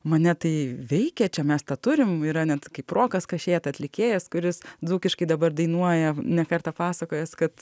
mane tai veikia čia mes tą turim yra net kaip rokas kašėta atlikėjas kuris dzūkiškai dabar dainuoja ne kartą pasakojęs kad